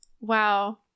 wow